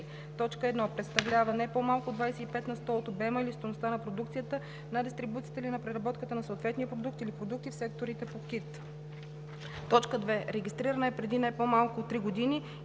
1. представлява не по-малко от 25 на сто от обема или стойността на продукцията, на дистрибуцията или на преработката на съответния продукт или продукти в секторите по КИД; 2. регистрирана е преди не по-малко от три години